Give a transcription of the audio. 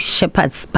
Shepherd's